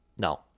No